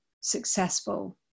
successful